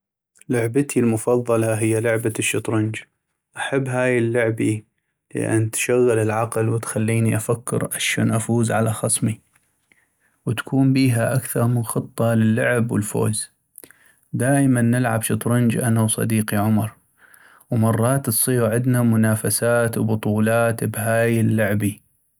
لعبتي المفضلي هي لعبة الشطرنج ، احب هاي اللعبي لأن تشغل العقل وتخليني افكر اشون افوز على خصمي ، وتكون بيها اكثغ من خطة للعب والفوز ، دائماً نلعب شطرنج أنا وصديقي عمر ، ومرات تصيغ عدنا منافسات وبطولات بهاي اللعبي.